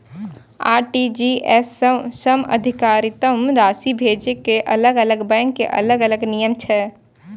RTGS सं अधिकतम राशि भेजै के अलग अलग बैंक के अलग अलग नियम छै